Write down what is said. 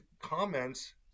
comments